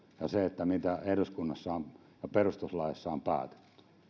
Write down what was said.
ja sitä mitä eduskunnassa ja perustuslaissa on päätetty